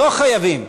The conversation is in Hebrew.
לא חייבים.